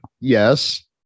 yes